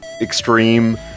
extreme